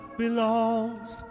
belongs